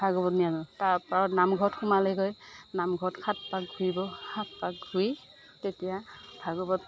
ভাগৱত নিয়াজনক তাৰ পৰা নামঘৰত সোমালেগৈ নামঘৰত সাত পাক ঘূৰিব সাত পাক ঘূৰি তেতিয়া ভাগৱত